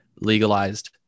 legalized